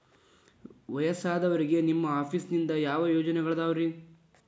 ವಯಸ್ಸಾದವರಿಗೆ ನಿಮ್ಮ ಆಫೇಸ್ ನಿಂದ ಯಾವ ಯೋಜನೆಗಳಿದಾವ್ರಿ?